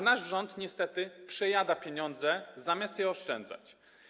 Nasz rząd niestety przejada pieniądze zamiast je oszczędzać.